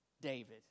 David